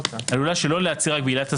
עלולה שלא להיעצר רק בעילת הסבירות,